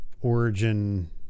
Origin